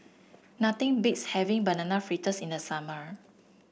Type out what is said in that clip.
nothing beats having Banana Fritters in the summer